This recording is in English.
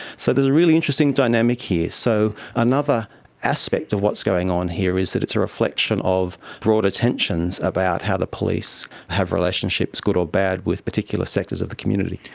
so there is a really interesting dynamic here. so another aspect of what's going on here is it's a reflection of broader tensions about how the police have relationships, good or bad, with particular sectors of the community.